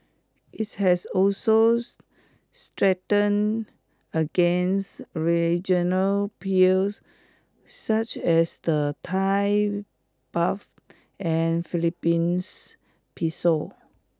its has also strengthened against regional peers such as the Thai baht and Philippines peso